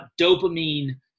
dopamine